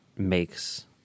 makes